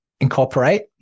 incorporate